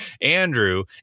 Andrew